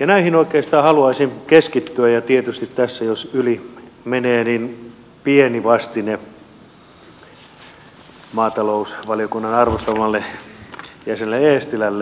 ja näihin oikeastaan haluaisin keskittyä ja tietysti tässä jos yli menee niin pieni vastine maatalousvaliokunnan arvostamalleni jäsenelle eestilälle